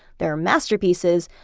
they are masterpieces,